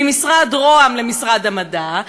ממשרד ראש הממשלה למשרד המדע,